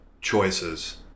choices